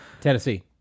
Tennessee